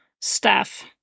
staff